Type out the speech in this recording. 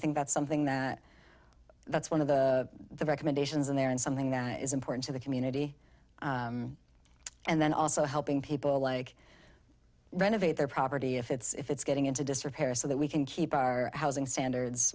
think that's something that that's one of the recommendations in there and something that is important to the community and then also helping people like renovate their property if it's getting into disrepair so that we can keep our housing standards